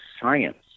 science